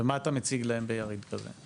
ומה אתה מציג להם ביריד כזה?